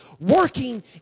working